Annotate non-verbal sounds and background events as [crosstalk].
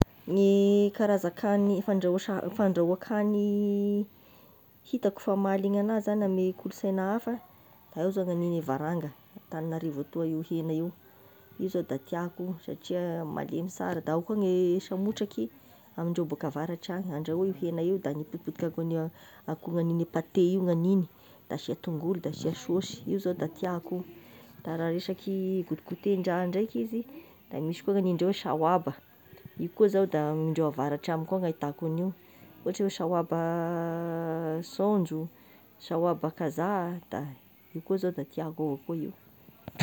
Ny karazan-kagny fandrahoas- fandrahoan-kany itako mahaliana agnahy zagny, amin'ny kolosaina hafa, da ao zao gnan'ny varanga Antananarivo atoy io hena io io zao da tiako satria malemy sara, de ao koa ny sahamotraky amin-dreo bôaka avaratra agny andrahoy io hena de nipotipotika akognany paté io gnanigny, de asia tongolo da asia saosy io zao da tiàko io, da raha resaky [hesitation] gotigoténdraha ndraiky izy, da misy koa ny hanindre saoaba, io koa zao de amindreo avaratra agny koa gn'ahitako agn'io ohatry oe saoaba [hesitation] saonjo, saoaba kazaha a, da io koa zao de tiako avy akao io